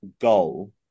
goal